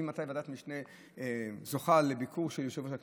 ממתי ועדת משנה זוכה לביקור של יושב-ראש הכנסת?